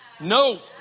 No